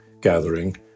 gathering